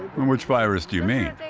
which virus do you mean?